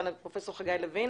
חגי לוין,